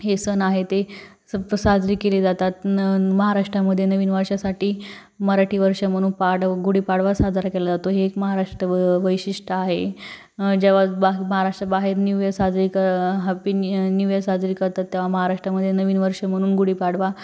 हे सण आहे ते स साजरी केले जातात न महाराष्ट्रामध्ये नवीन वर्षासाठी मराठी वर्ष म्हणून पाडवा गुढीपाडवा साजरा केला जातो हे एक महाराष्ट्र वैशिष्ट्य आहे जेव्हा ब महाराष्ट्राबाहेर न्यू ईअर साजरी क हॅपी न्यू न्यू ईअर साजरी करतात तेव्हा महाराष्ट्रामध्ये नवीन वर्ष म्हणून गुढीपाडवा